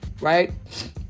right